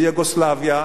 ביוגוסלביה,